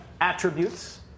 attributes